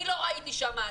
אני לא ראיתי שם עצמאים.